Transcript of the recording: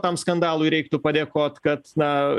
tam skandalui reiktų padėkot kad na